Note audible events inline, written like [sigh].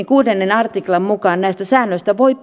[unintelligible] kuudennen artiklan mukaan näistä säännöistä voi [unintelligible]